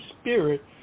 spirit